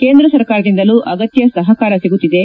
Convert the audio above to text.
ಕೇಂದ್ರ ಸರ್ಕಾರದಿಂದಲೂ ಅಗತ್ಯ ಸಹಕಾರ ಸಿಗುತ್ತಿದೆ